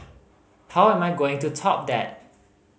how am I going to top that